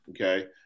Okay